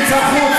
סגנית שר החוץ,